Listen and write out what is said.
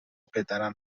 پدرم